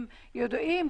הם ידועים,